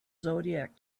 zodiac